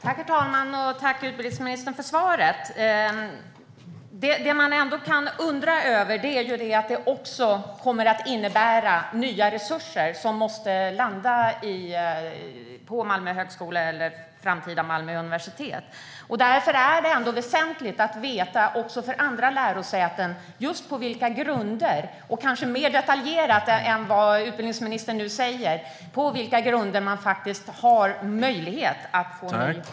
Herr talman! Tack, utbildningsministern, för svaret! Det man ändå kan undra över är att det också kommer att innebära att nya resurser måste landa på Malmö högskola, eller det framtida Malmö universitet. Därför är det ändå väsentligt att även andra lärosäten får veta, kanske mer detaljerat än vad utbildningsministern nu sagt, på vilka grunder man har möjlighet att få en ny chans.